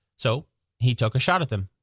so he took a shot at them.